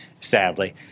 sadly